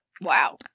Wow